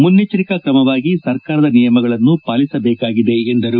ಮನ್ನೆಚ್ಗಿರಿಕಾ ತ್ರಮವಾಗಿ ಸರ್ಕಾರದ ನಿಯಮಗಳನ್ನು ಪಾಲಿಸಬೇಕಾಗಿದೆ ಎಂದರು